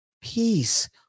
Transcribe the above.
peace